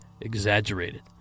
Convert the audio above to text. exaggerated